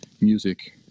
music